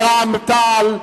רע"ם-תע"ל,